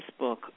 Facebook